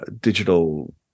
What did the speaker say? digital